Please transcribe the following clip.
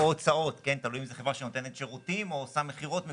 תלוי אם זאת חברה שנותנת שירותים או עושה מכירות מקומיות.